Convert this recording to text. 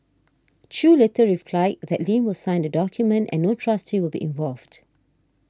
Chew later replied that Lam will sign the document and no trustee will be involved